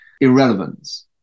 irrelevance